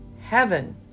Heaven